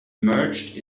emerged